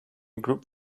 group